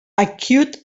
acute